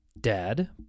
Dad